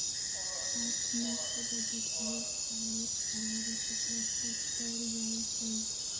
अखनीके बजट हरेक साल एक फरवरी के प्रस्तुत कएल जाइ छइ